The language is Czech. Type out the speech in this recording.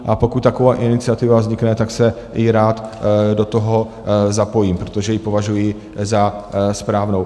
A pokud taková iniciativa vznikne, tak se i rád do toho zapojím, protože ji považuji za správnou.